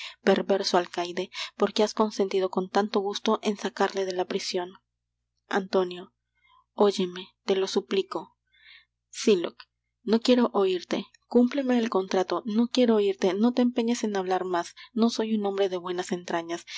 perverso alcaide por qué has consentido con tanto gusto en sacarle de la prision antonio óyeme te lo suplico sylock no quiero oirte cúmpleme el contrato no quiero oirte no te empeñes en hablar más no soy un hombre de buenas entrañas